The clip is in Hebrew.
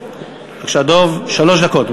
בבקשה, דב, שלוש דקות.